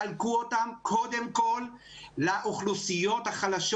חלקו אותם קודם כל לאוכלוסיות החלשות.